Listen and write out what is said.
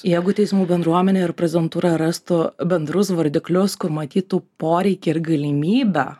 jeigu teismų bendruomenė ir prezidentūra rastų bendrus vardiklius kur matytų poreikį ir galimybę